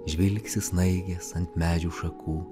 žvilgsi snaigės ant medžių šakų